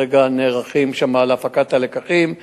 כרגע נערכים שם להפקת הלקחים.